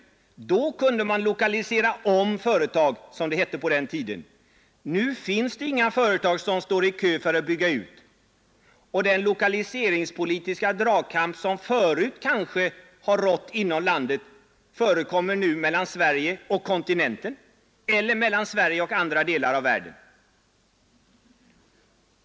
Då kunde man ”lokalisera om” företag. Nu finns det inga företag som står i kö för att bygga ut, och den lokaliseringspolitiska dragkamp som kanske förut har rått inom landet förekommer nu mellan Sverige och kontinenten eller mellan Sverige och andra delar av världen.